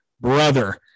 brother